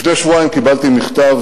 לפני שבועיים קיבלתי מכתב